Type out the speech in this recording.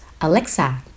Alexa